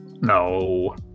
No